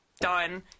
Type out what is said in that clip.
done